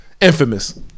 infamous